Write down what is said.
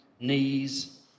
knees